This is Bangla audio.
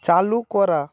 চালু করা